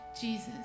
Jesus